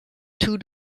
two